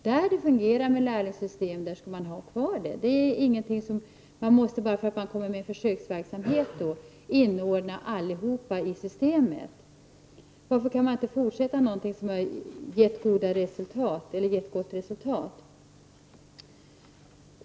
Där det fungerar med lärlingssystem, skall man ha det kvar. Bara därför att det finns en försöksverksamhet behöver man inte inordna alla i systemet. Varför kan man inte fortsätta med något som har gett gott resultat?